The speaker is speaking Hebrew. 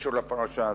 בקשר לפרשה הזאת.